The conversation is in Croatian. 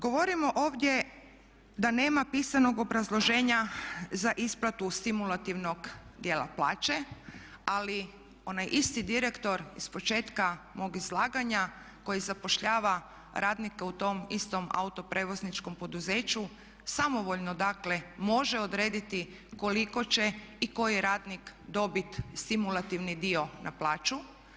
Govorimo ovdje da nema pisanog obrazloženja za isplatu stimulativnog dijela plaće, ali onaj isti direktor ispočetka mog izlaganja koji zapošljava radnike u tom istom autoprijevozničkom poduzeću samovoljno dakle može odrediti koliko će i koji radnik dobit stimulativni dio na plaću.